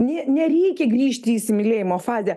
nė nereikia grįžti į įsimylėjimo fazę